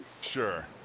Sure